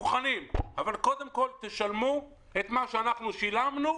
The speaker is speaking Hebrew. אבל קודם כול תשלמו את מה שאנחנו שילמנו,